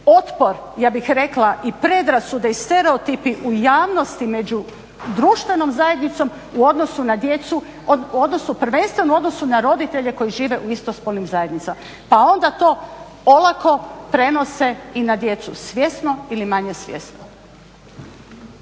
otpor ja bih rekla i predrasude i stereotipi u javnosti među društvenom zajednicom u odnosu na djecu, u odnosu, prvenstveno odnosu na roditelje koji žive u istospolnim zajednicama pa onda to olako prenose i na djecu svjesno ili manje svjesno.